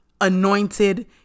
anointed